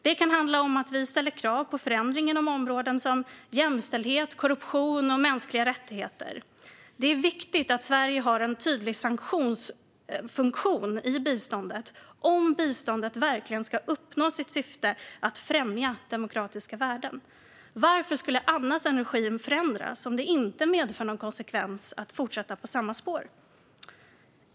Det kan handla om att vi ställer krav på förändring inom områden som jämställdhet, korruption och mänskliga rättigheter. Det är viktigt att Sverige har en tydlig sanktionsfunktion i biståndet om biståndet verkligen ska uppnå sitt syfte att främja demokratiska värden. Varför skulle en regim förändras om det inte medför någon konsekvens att fortsätta på samma spår?